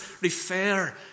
refer